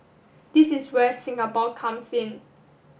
this is where Singapore comes in